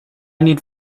need